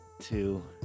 two